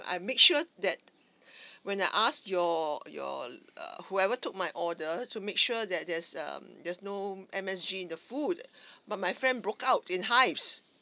I make sure that when I asked your your uh whoever took my order to make sure that there's um there's no M_S_G in the food but my friend broke out in hives